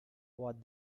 what